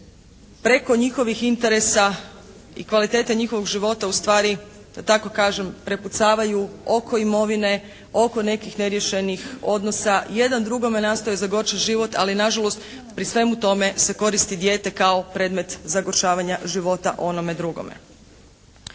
preko njihovih interesa i kvalitete njihovog života ustvari da tako kažem prepucavaju oko imovine, oko nekih neriješenih odnosa. Jedan drugome nastoje zagorčat život, ali nažalost pri svemu tome se koristi dijete kao predmet zagorčavanja života onome drugome.